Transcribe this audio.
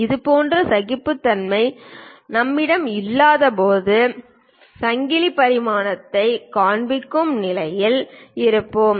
இதுபோன்ற சகிப்புத்தன்மை நம்மிடம் இல்லாதபோது சங்கிலி பரிமாணத்தைக் காண்பிக்கும் நிலையில் இருப்போம்